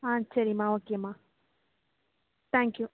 ஆ சரிமா ஓகேமா thank you